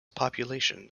population